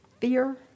fear